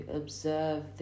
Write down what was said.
observe